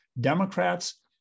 Democrats